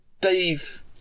Dave